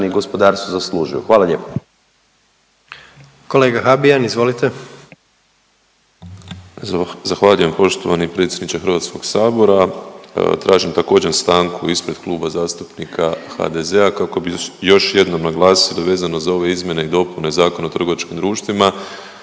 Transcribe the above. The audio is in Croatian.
Kolega Habijan, izvolite. **Habijan, Damir (HDZ)** Zahvaljujem poštovani predsjedniče Hrvatskog sabora. Tražim također stanku ispred Kluba zastupnika HDZ-a kako bi još jednom naglasili vezano za ove izmjene i dopune Zakona o trgovačkim društvima